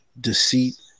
deceit